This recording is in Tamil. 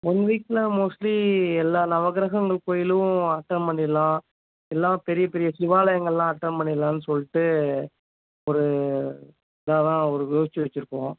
ஒன் வீக்னால் மோஸ்ட்லி எல்லா நவகிரகங்கள் கோயிலும் அட்டன் பண்ணிடலாம் எல்லாப் பெரிய பெரிய சிவாலயங்கள்லாம் அட்டன் பண்ணிடலான்னு சொல்லிட்டு ஒரு இதாக தான் ஒரு யோசித்து வச்சிருக்கோம்